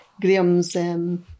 Graham's